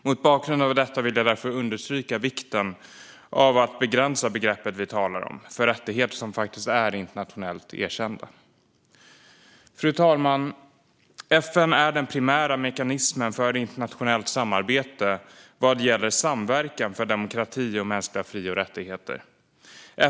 Mot bakgrund av detta vill jag därför understryka vikten av att begränsa begreppet vi talar om till rättigheter som faktiskt är internationellt erkända. Fru talman! FN är den primära mekanismen för internationellt samarbete vad gäller samverkan för demokrati och mänskliga fri och rättigheter.